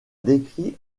décrit